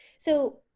so,